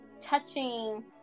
touching